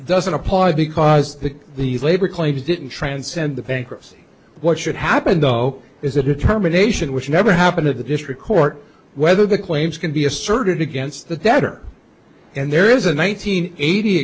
doesn't apply because the the labor claims didn't transcend the bankruptcy what should happen though is a determination which never happened at the district court whether the claims can be asserted against the debtor and there isn't one nine hundred eighty